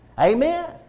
Amen